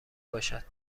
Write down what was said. باشد